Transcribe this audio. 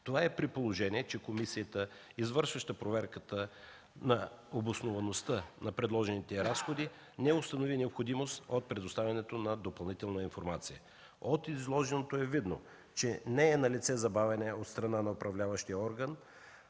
Това е при положение, че комисията, извършваща проверката на обосноваността на предложените разходи, не установи необходимост от предоставянето на допълнителна информация. От изложеното е видно, че не е налице забавяне от страна на управляващия орган,